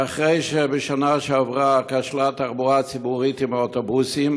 ואחרי שבשנה שעברה כשלה התחבורה הציבורית עם האוטובוסים,